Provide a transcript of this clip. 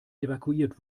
evakuiert